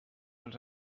dels